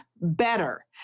Better